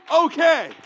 okay